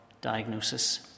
diagnosis